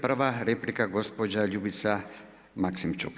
Prva replika, gospođa Ljubica Makismčuk.